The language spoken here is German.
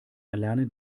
erlernen